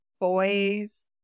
Boys